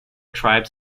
tribes